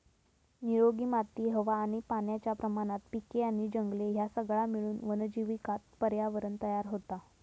निरोगी माती हवा आणि पाण्याच्या प्रमाणात पिके आणि जंगले ह्या सगळा मिळून वन्यजीवांका पर्यावरणं तयार होता